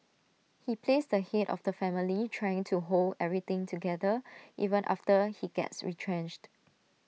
he plays the Head of the family trying to hold everything together even after he gets retrenched